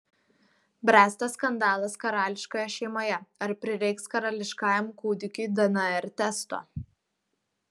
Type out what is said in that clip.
bręsta skandalas karališkoje šeimoje ar prireiks karališkajam kūdikiui dnr testo